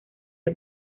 del